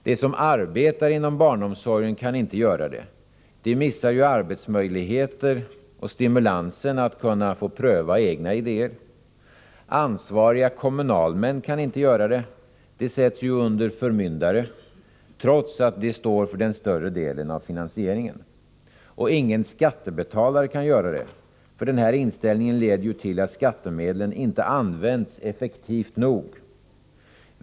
De som arbetar inom barnomsorgen kan inte känna någon sådan respekt. De missar ju arbetsmöjligheter och stimulansen när det gäller att kunna få pröva egna idéer. Ansvariga kommunalmän kan inte känna någon sådan respekt. De sätts ju under förmyndare, trots att de står för den större delen av finansieringen. Ingen skattebetalare kan känna någon sådan respekt. Denna inställning leder till att skattemedlen inte används effektivt nog.